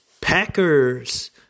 Packers